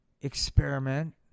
Experiment